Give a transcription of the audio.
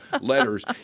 letters